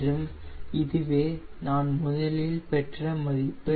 CLtrim இதுவே நான் முதலில் பெற்ற மதிப்பு